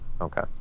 Okay